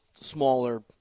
smaller